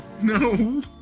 No